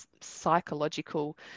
psychological